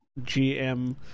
GM